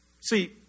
See